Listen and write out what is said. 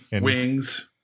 wings